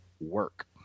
work